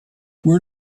where